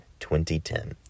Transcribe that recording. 2010